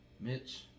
Mitch